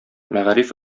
мәгариф